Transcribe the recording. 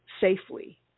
Safely